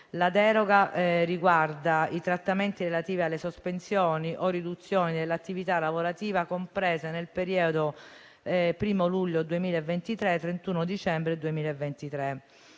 La deroga riguarda i trattamenti relativi alle sospensioni o alle riduzioni dell'attività lavorativa comprese nel periodo tra il 1° luglio e il 31 dicembre 2023.